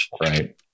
right